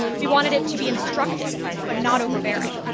we wanted it to be instructive but not overbearing.